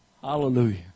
Hallelujah